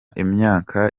imyaka